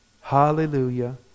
Hallelujah